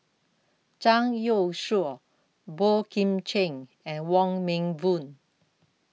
Zhang Youshuo Boey Kim Cheng and Wong Meng Voon